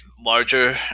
larger